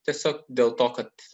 tiesiog dėl to kad